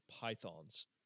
pythons